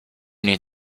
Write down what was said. need